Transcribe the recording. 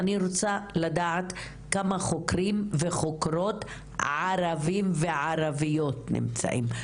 אני רוצה לדעת כמה חוקרים וחוקרות ערביים וערביות נמצאים,